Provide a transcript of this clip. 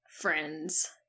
friends